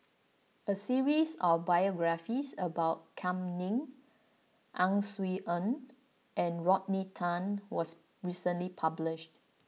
a series of biographies about Kam Ning Ang Swee Aun and Rodney Tan was recently published